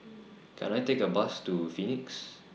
Can I Take A Bus to Phoenix